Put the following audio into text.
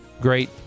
Great